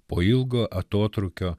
po ilgo atotrūkio